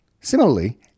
Similarly